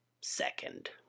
second